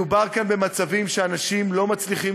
מדובר כאן במצבים שאנשים לא מצליחים